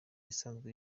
isanzwe